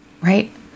right